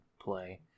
play